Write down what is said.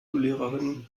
biolehrerin